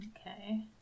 Okay